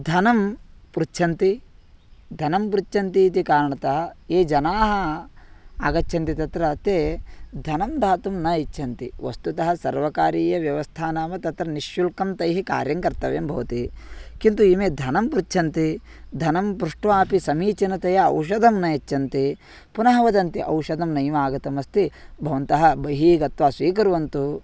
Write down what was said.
धनं पृच्छन्ति धनं पृच्छन्ति इति कारणतः ये जनाः आगच्छन्ति तत्र ते धनं दातुं न इच्छन्ति वस्तुतः सर्वकारीयव्यवस्था नाम तत्र निश्शुल्कं तैः कार्यं कर्तव्यं भवति किन्तु इमं धनं पृच्छन्ति धनं पृष्ट्वापि समीचीनतया औषधं न यच्छन्ति पुनः वदन्तु औषधं नैव आगतम् अस्ति भवन्तः बहिः गत्वा स्वीकुर्वन्तु